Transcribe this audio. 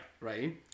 right